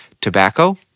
Tobacco